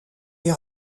les